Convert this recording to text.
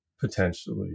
potentially